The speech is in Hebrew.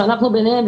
שאנחנו ביניהם,